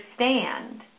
understand